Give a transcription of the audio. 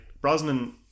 Brosnan